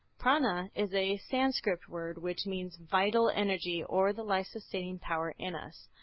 prana is a sanskrit word which means vital energy or the life-sustaining power in us.